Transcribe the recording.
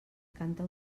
canta